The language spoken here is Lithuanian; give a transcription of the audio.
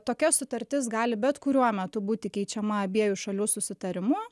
tokia sutartis gali bet kuriuo metu būti keičiama abiejų šalių susitarimu